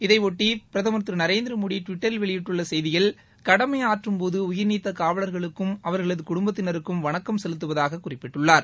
இதையொட்டிபிரதமர் திருநரேந்திரமோடிடுவிட்டரில் வெளியிட்டுள்ளசெய்தியில் கடமையாற்றும்போதுடயிர்நீத்தகாவலர்களுக்கும் அவர்களதுகுடும்பத்தினருக்கும் வணக்கம் செலுத்துவதாககுறிப்பிட்டுள்ளார்